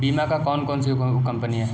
बीमा की कौन कौन सी कंपनियाँ हैं?